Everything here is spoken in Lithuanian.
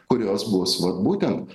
kurios bus vat būtent